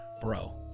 Bro